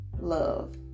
love